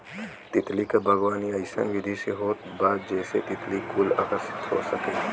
तितली क बागवानी अइसन विधि से होत बा जेसे तितली कुल आकर्षित हो सके